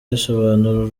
risobanura